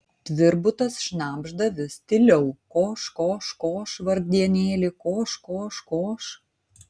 tvirbutas šnabžda vis tyliau koš koš koš vargdienėli koš koš koš